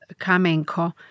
Kamenko